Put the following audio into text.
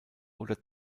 oder